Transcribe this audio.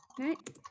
Okay